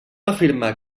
afirmar